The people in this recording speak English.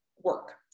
work